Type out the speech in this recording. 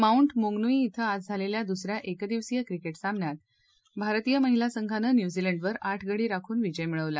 mount Maunganui क्विं आज झालेल्या दुस या एकदिवसीय क्रिकेट सामन्यात भारतीय महिला संघानं न्यूझीलंडवर आठ गडी राखून विजय मिळवला